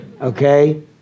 Okay